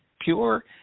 pure